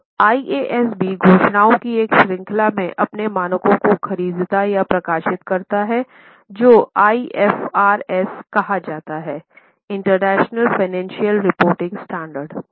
अब IASB घोषणाओं की एक श्रृंखला में अपने मानकों को खरीदता या प्रकाशित करता है जो IFRS कहा जाता है इंटरनेशनल फ़ाइनेंशियल रिपोर्टिंग स्टैंडर्ड